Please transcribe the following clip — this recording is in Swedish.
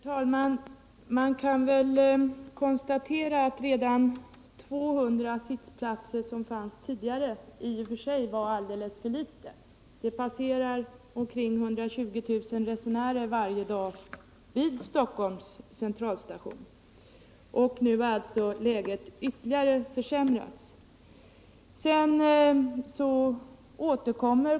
Herr talman! Man kan väl konstatera att redan 200 sittplatser, som fanns tidigare, i och för sig var alldeles för få. Omkring 120 000 resenärer passerar varje dag genom Stockholms centralstation, och nu har alltså läget ytterligare försämrats.